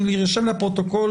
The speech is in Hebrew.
יירשם לפרוטוקול